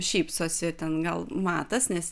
šypsosi ten gal matas nes